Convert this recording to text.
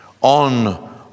On